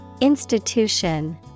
Institution